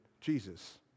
Jesus